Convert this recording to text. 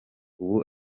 ubu